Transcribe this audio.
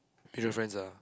with your friends ah